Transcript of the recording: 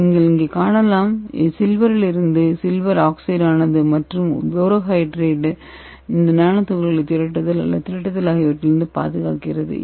நீங்கள் இங்கே காணலாம் Ag இலிருந்து அது Ag0 ஆனது மற்றும் போரோஹைட்ரைடு இந்த நானோ துகள்களை திரட்டுதல் ஆகியவற்றிலிருந்து பாதுகாக்கிறது